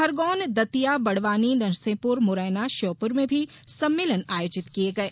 खरगोन दतिया बड़वानी नरसिंहपुर मुरैना श्योपुर में भी सम्मेलन आयोजित किये गये